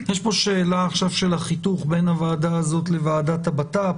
יש פה שאלה עכשיו של החיתוך בין הוועדה הזאת לוועדת הבט"פ,